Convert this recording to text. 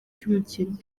cy’umukino